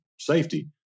safety